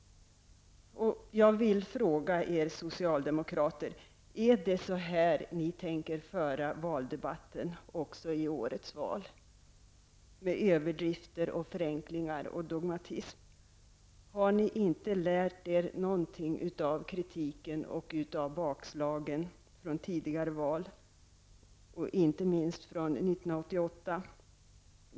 Jag vill fråga er socialdemokrater: Är det så här ni tänker föra valdebatten också i årets val -- med överdrifter, förenklingar och dogmatism? Har ni inte lärt er någonting av kritiken och bakslagen från tidigare valrörelser, inte minst 1988?